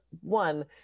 one